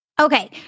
Okay